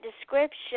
description